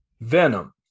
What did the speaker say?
venom